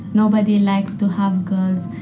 nobody like to have girls.